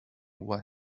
what